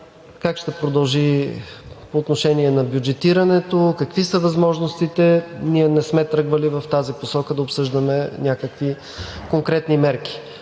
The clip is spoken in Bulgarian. как ще се продължи по отношение на бюджетирането, какви са възможностите – ние не сме тръгвали в тази посока да обсъждаме някакви конкретни мерки.